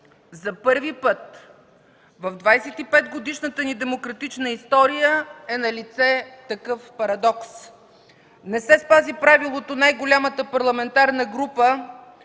За първи път в 25-годишната ни демократична история е налице такъв парадокс. Не се спази правилото най-голямата парламентарна група